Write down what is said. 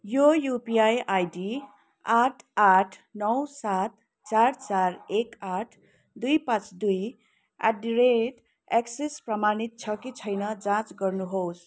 यो UPI ID आठ आठ नौ सात चार चार एक आठ दुई पाँच दुई एट दि रेट एक्सिस प्रमाणित छ कि छैन जाँच गर्नुहोस्